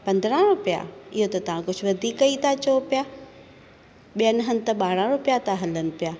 पंद्रहं रुपिया इहो त तव्हां कुझु वधीक ई था चयो पिया ॿियनि हंधि त ॿारहं रुपिया था हलनि पिया